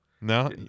No